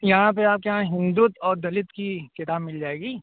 یہاں پہ آپ کے یہاں ہندوتو اور دلت کی کتاب مل جائے گی